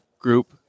group